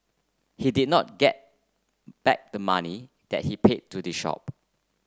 he did not get back the money that he paid to the shop